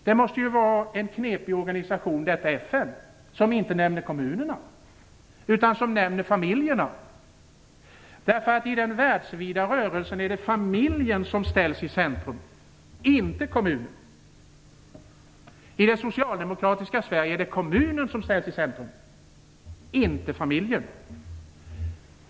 Det måste vara en knepig organisation, FN, som inte nämner kommunerna, utan som nämner familjerna! I den världsvida rörelsen är det familjen som ställs i centrum, inte kommunen. I det socialdemokratiska Sverige är det kommunen som ställs i centrum, inte familjen.